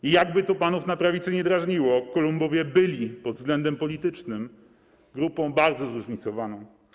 I jak by to panów na prawicy nie drażniło, Kolumbowie byli pod względem politycznym grupą bardzo zróżnicowaną.